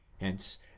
Hence